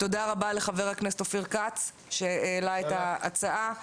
תודה רבה לחבר הכנסת אופיר כץ שהעלה את ההצעה.